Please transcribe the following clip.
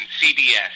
CBS